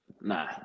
Nah